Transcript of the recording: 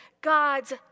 God's